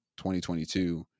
2022